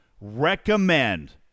recommend